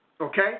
Okay